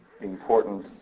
important